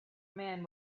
man